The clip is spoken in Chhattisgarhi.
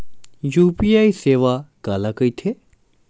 यू.पी.आई सेवा काला कइथे?